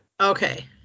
Okay